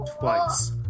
Twice